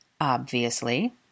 Obviously